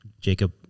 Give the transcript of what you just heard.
Jacob